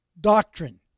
doctrine